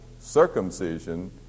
circumcision